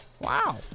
Wow